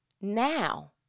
Now